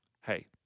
Hey